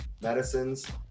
medicines